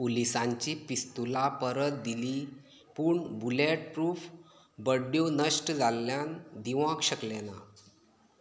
पुलीसांचीं पिस्तुलां परत दिली पूण बुलेट प्रूफ बड्ड्यो नश्ट जाल्ल्यान दिवोंक शकले नात